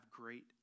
great